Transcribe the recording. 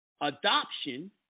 adoption